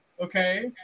Okay